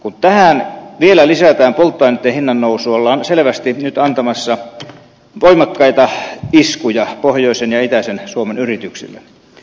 kun tähän vielä lisätään polttoaineitten hinnannousu ollaan selvästi nyt antamassa voimakkaita iskuja pohjoisen ja itäisen suomen yrityksille